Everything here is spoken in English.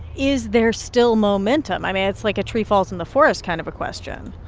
is there still momentum? i mean, it's like a tree-falls-in-the-forest kind of a question